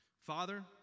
Father